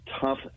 tough